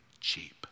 cheap